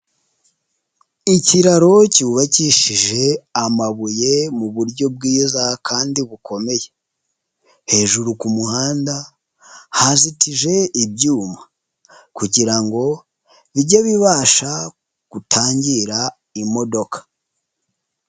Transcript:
Ikiraro cyubakishije amabuye mu buryo bwiza kandi bukomeye, hejuru ku muhanda hazitije ibyuma kugira ngo bijye bibasha gutangira imodoka.